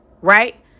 right